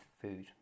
food